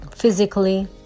Physically